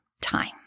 time